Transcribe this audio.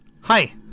Hi